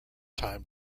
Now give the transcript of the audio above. time